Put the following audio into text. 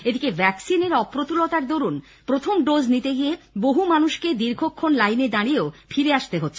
এদিকে ভ্যাক্সিনের অপ্রতুলতার দরুণ প্রথম ডোজ নিতে গিয়ে বহু মানুষকে দীর্ঘক্ষণ লাইনে দাঁড়িয়েও ফিরে আসতে হচ্ছে